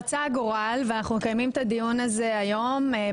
רצה הגורל ואנחנו מקיימים את הדיון הזה היום,